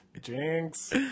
Jinx